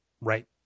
Right